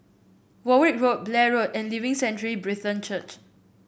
Warwick Road Blair Road and Living Sanctuary Brethren Church